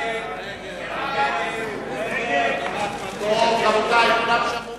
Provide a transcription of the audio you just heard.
אי-אמון בממשלה לא